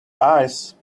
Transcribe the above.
eyes